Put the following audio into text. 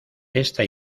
esta